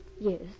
Yes